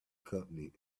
company’s